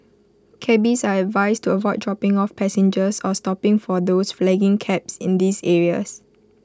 cabbies are advised to avoid dropping off passengers or stopping for those flagging cabs in these areas